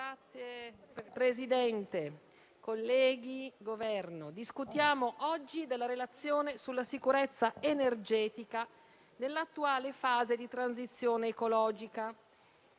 rappresentanti del Governo, discutiamo oggi la relazione sulla sicurezza energetica nell'attuale fase di transizione ecologica.